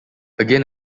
again